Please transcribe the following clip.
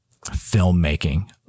filmmaking